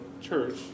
Church